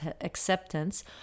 acceptance